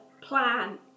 plan